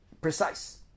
precise